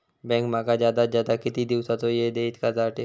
Bank माका जादात जादा किती दिवसाचो येळ देयीत कर्जासाठी?